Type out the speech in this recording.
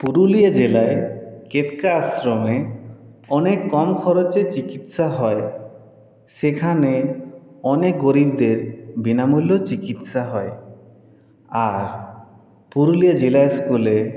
পুরুলিয়া জেলায় কেতকা আশ্রমে অনেক কম খরচে চিকিৎসা হয় সেখানে অনেক গরীবদের বিনামূল্যেও চিকিৎসা হয় আর পুরুলিয়া জেলা স্কুলে